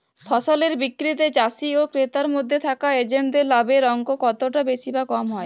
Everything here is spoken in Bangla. ফসলের বিক্রিতে চাষী ও ক্রেতার মধ্যে থাকা এজেন্টদের লাভের অঙ্ক কতটা বেশি বা কম হয়?